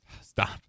Stop